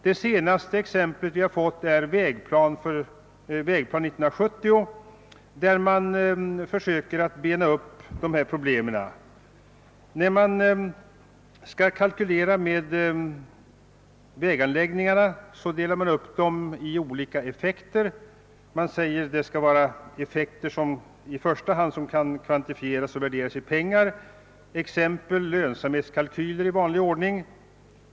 Det senaste exemplet som vi fått är Vägplan 1970, där man försöker bena upp dessa problem. När man skall kalkylera beträffande väganläggningar, delar man upp dem i olika effekter. Det är för det första effekter som kan kvantifieras och värderas i pengar; man gör t.ex. lönsamhetskalkyler i vanlig ordning.